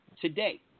today